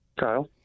Kyle